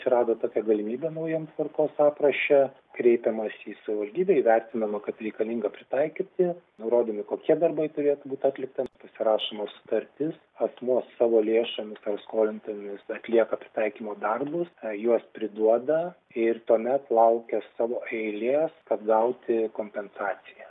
atsirado tokia galimybė naujam tvarkos apraše kreipiamasi į savivaldybę įvertinama kad reikalinga pritaikyti nurodomi kokie darbai turėtų būt atlikta pasirašoma sutartis asmuo savo lėšomis ar skolintomis atlieka pritaikymo darbus juos priduoda ir tuomet laukia savo eilės kad gauti kompensaciją